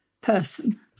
person